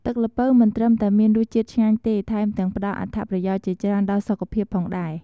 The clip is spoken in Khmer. ទឹកល្ពៅមិនត្រឹមតែមានរសជាតិឆ្ងាញ់ទេ ថែមទាំងផ្តល់អត្ថប្រយោជន៍ជាច្រើនដល់សុខភាពផងដែរ។